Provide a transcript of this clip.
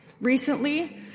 Recently